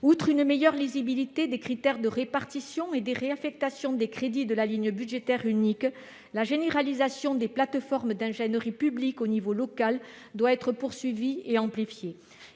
d'une meilleure lisibilité des critères de répartition et des réaffectations des crédits de la ligne budgétaire unique (LBU), la généralisation des plateformes d'ingénierie publique au niveau local doit être poursuivie et amplifiée.